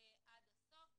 עד הסוף?